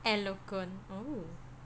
eloquent